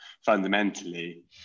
fundamentally